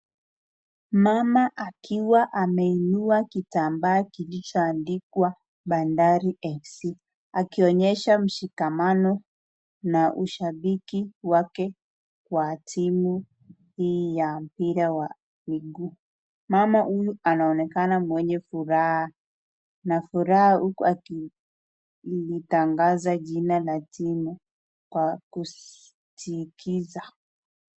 Mama akiwa ameinua kitambaa kilichoandikwa bandari fc akionyesha mshikamano na ushabiki wake wa timu hii ya mpira wa miguu mama huyu anaonekana mwenye furaha huku akilitangaza jina la timu kwa kusitiza.